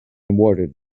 awarded